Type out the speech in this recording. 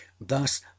thus